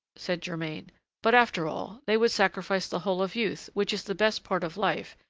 said germain but, after all, they would sacrifice the whole of youth, which is the best part of life,